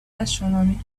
astronomy